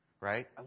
right